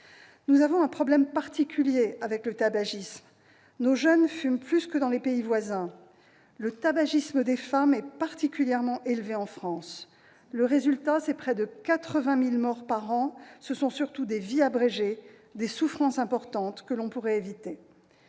Nous avons un problème particulier avec le tabagisme : nos jeunes fument plus que dans les pays voisins et le tabagisme des femmes est particulièrement élevé en France. Le résultat, c'est près de 80 000 morts par an. Ce sont surtout des vies abrégées, des souffrances importantes que l'on pourrait éviter.